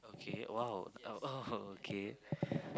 okay !wow! oh oh okay